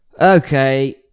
Okay